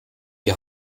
die